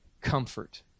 comfort